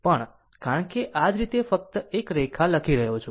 પણ કારણ કે આ જ રીતે ફક્ત એક રેખા લખી રહ્યો છું